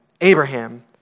Abraham